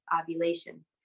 ovulation